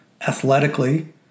athletically